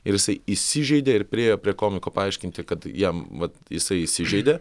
ir jisai įsižeidė ir priėjo prie komiko paaiškinti kad jam va jisai įsižeidė